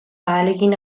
ahalegin